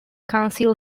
council